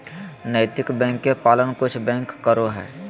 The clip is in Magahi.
नैतिक बैंक के पालन कुछ बैंक करो हइ